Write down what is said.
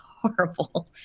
horrible